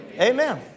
Amen